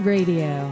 Radio